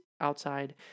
outside